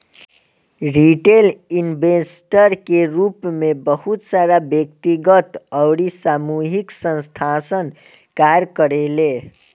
retail investor के रूप में बहुत सारा व्यक्तिगत अउरी सामूहिक संस्थासन कार्य करेले